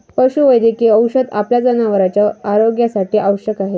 पशुवैद्यकीय औषध आपल्या जनावरांच्या आरोग्यासाठी आवश्यक आहे